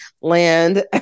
land